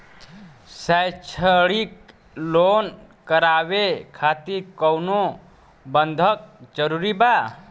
शैक्षणिक लोन करावे खातिर कउनो बंधक जरूरी बा?